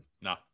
No